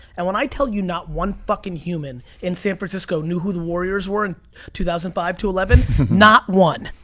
and when i tell you not one fucking human in san francisco knew who the warriors were in two thousand and five to eleven, not one.